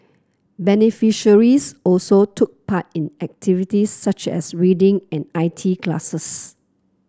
beneficiaries also took part in activities such as reading and I T classes